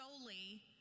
solely